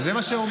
זה מה שאומרים.